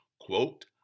Quote